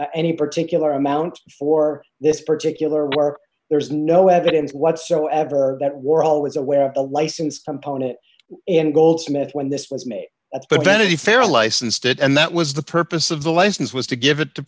a particular amount for this particular car there is no evidence whatsoever that we're always aware of the license component and goldsmith when this was made up but vanity fair licensed it and that was the purpose of the license was to give it to